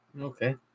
Okay